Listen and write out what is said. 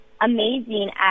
amazing